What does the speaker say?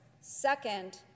second